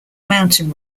mountain